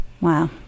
Wow